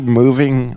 moving